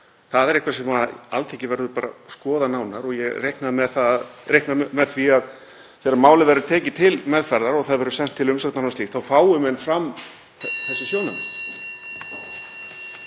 Það er eitthvað sem Alþingi verður bara að skoða nánar og ég reikna með því að þegar málið verður tekið til meðferðar og sent til umsagnar og slíkt þá fái menn fram þessi sjónarmið.